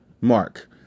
mark